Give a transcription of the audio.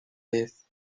race